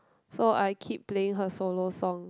so I keep playing her solo song